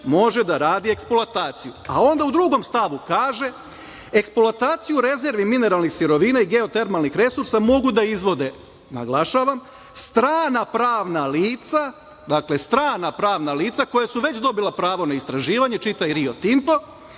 može da radi eksploataciju. A onda u drugom stavu kaže – eksploataciju rezervi mineralnih sirovina i geotermalnih resursa mogu da izvode, naglašavam, strana pravna lica koja su već dobila pravo na istraživanje, čitaj Rio Tinto,